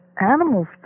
animals